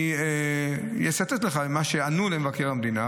אני אצטט את מה שענו למבקר המדינה,